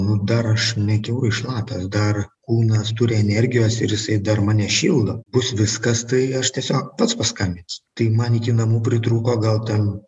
nu dar aš nekiaurai šlapias dar kūnas turi energijos ir jisai dar mane šildo bus viskas tai aš tiesiog pats paskambinsiu tai man iki namų pritrūko gal ten